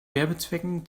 werbezwecken